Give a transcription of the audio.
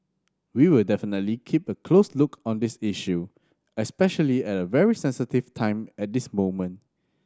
we will definitely keep a close look on this issue especially at a very sensitive time at this moment